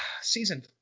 Season